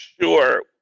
Sure